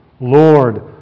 Lord